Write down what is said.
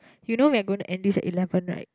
you know we're gonna end this eleven right